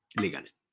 legal